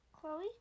Chloe